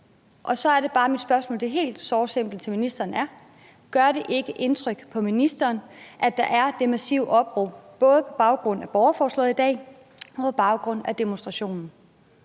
Så er det bare, at mit spørgsmål – det såre simple spørgsmål – til ministeren er: Gør det ikke indtryk på ministeren, at der er det massive opråb både på baggrund af borgerforslaget i dag og på baggrund af demonstrationen?